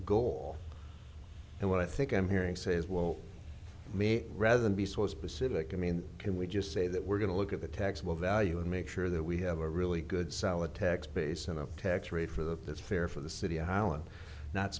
goal and what i think i'm hearing say is well me rather than be so specific i mean can we just say that we're going to look at the taxable value and make sure that we have a really good solid tax base and a tax rate for that that's fair for the city island not